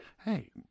Hey